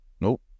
Nope